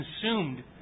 consumed